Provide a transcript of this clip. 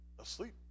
asleep